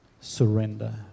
Surrender